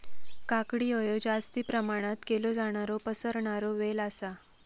काकडी हयो जास्ती प्रमाणात केलो जाणारो पसरणारो वेल आसा